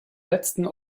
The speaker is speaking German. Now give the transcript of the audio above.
letzten